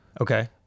Okay